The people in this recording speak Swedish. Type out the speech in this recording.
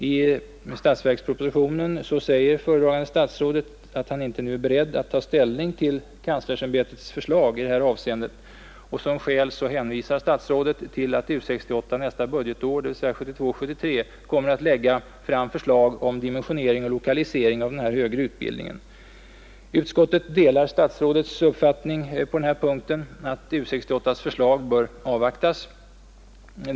I statsverkspropositionen säger föredragande stats rådet sig inte vara beredd att nu ta ställning till universitetskanslersämbetets förslag i det här avseendet. Som skäl härför hänvisar statsrådet till att U 68 nästa budgetår, dvs. 1972/73, kommer att lägga fram förslag om bl.a. dimensionering och lokalisering av den högre utbildningen. Utskottet delar statsrådets uppfattning att U 68:s förslag bör avvaktas.